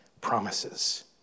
promises